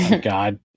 God